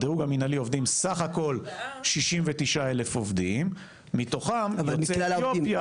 בדירוג המנהלי עובדים סה"כ 69,000 עובדים מתוכם יוצאי אתיופיה.